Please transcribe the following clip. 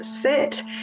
Sit